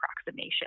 approximation